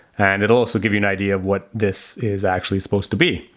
and it'll also give you an idea of what this is actually supposed to be.